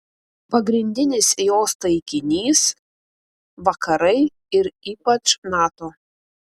pagrindinis jos taikinys vakarai ir ypač nato